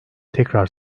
tekrar